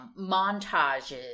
montages